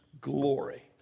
glory